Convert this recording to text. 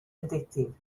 addictive